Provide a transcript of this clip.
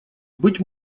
быть